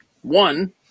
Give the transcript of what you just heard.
One